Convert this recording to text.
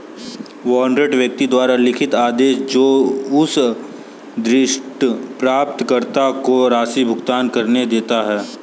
warrant व्यक्ति द्वारा लिखित आदेश है जो उसे निर्दिष्ट प्राप्तकर्ता को राशि भुगतान करने देता है